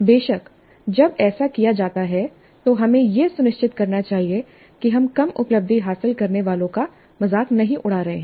बेशक जब ऐसा किया जाता है तो हमें यह सुनिश्चित करना चाहिए कि हम कम उपलब्धि हासिल करने वालों का मजाक नहीं उड़ा रहे हैं